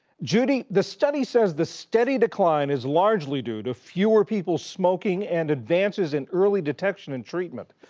judy, the study says the steady decline is largely due to fewer people smoking and advances in early detection and treatment.